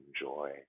enjoy